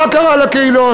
מה קרה לקהילות.